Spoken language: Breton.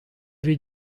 vez